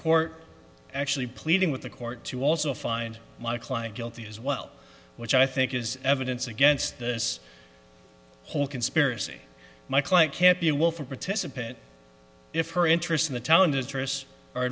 court actually pleading with the court to also find my client guilty as well which i think is evidence against this whole conspiracy my client can't be a willful participant if her interest in the talent i